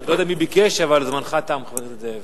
אני לא יודע מי ביקש, אבל זמנך תם, חבר הכנסת זאב.